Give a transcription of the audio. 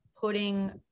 putting